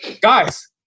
guys